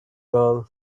girl